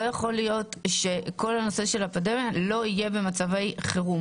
לא יכול להיות שכל הנושא של הפנדמיה לא יהיה במצבי חירום.